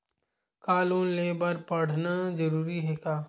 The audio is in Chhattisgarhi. का लोन ले बर पढ़ना जरूरी हे का?